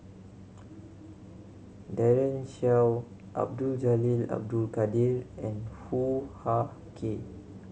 Daren Shiau Abdul Jalil Abdul Kadir and Hoo Ah Kay